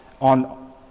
on